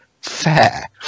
fair